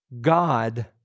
God